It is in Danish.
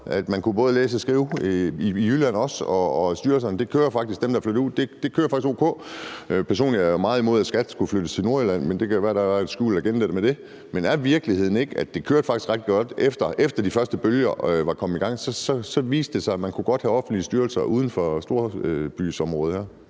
at man både kunne læse og skrive i Jylland også, og at de styrelser, der flyttede ud, faktisk kører o.k.? Personligt er jeg meget imod, at skattevæsenet skulle flyttes til Nordjylland, men det kan være, at der har været en skjult agenda med det. Er virkeligheden ikke, at det faktisk kørte ret godt, efter at de første bølger havde lagt sig, og så viste det sig, at man godt kunne have offentlige styrelser uden for storbyområdet her?